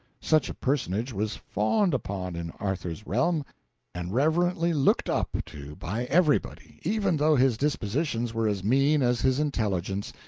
such a personage was fawned upon in arthur's realm and reverently looked up to by everybody, even though his dispositions were as mean as his intelligence,